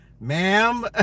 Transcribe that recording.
Ma'am